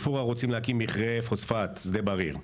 באל-פורעה רוצים להקים מכרה פוספט, שדה בריר.